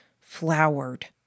flowered